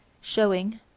showing